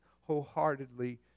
wholeheartedly